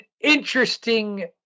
interesting